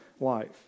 life